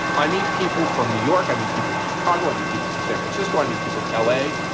i meet people from new york, i meet people from chicago, i meet people from san francisco. i meet people to l a.